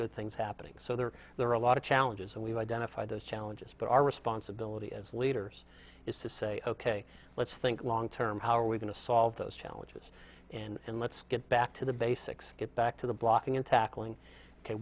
good things happening so there are there are a lot of challenges and we've identified those challenges but our responsibility as leaders is to say ok let's think long term how are we going to solve those challenges and let's get back to the basics get back to the blocking and tackling